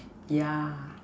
yeah